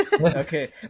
Okay